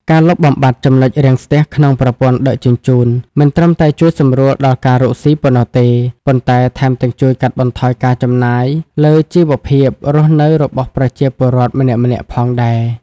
ការលុបបំបាត់ ចំណុចរាំងស្ទះ ក្នុងប្រព័ន្ធដឹកជញ្ជូន មិនត្រឹមតែជួយសម្រួលដល់ការរកស៊ីប៉ុណ្ណោះទេ ប៉ុន្តែថែមទាំងជួយកាត់បន្ថយការចំណាយលើជីវភាពរស់នៅរបស់ប្រជាពលរដ្ឋម្នាក់ៗផងដែរ។